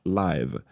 live